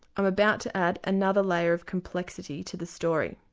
i'm about to add another layer of complexity to this story.